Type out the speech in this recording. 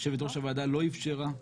יושבת-ראש הוועדה לא אפשרה.